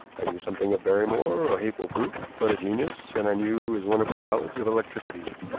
i knew something of barrymore, a hateful brute but a genius, and i knew his wonderful knowledge of electricity.